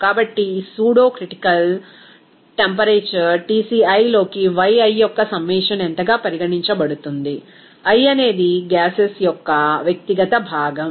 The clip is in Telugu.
కాబట్టి ఈ సూడోక్రిటికల్ టెంపరేచర్ Tci లోకి Yi యొక్క సమ్మషన్ ఎంతగా పరిగణించబడుతుంది i అనేది ఆ గ్యాసెస్ యొక్క వ్యక్తిగత భాగం